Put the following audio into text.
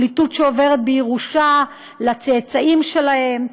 פליטות שעוברת בירושה לצאצאים שלהם.